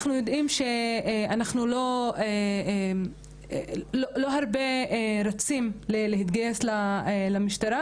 אנחנו יודעים שלא הרבה רצים להתגייס למשטרה,